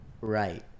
Right